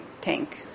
tank